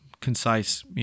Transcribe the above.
concise